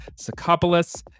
Sakopoulos